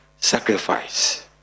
sacrifice